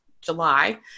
July